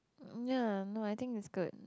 ya no I think it's good